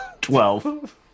Twelve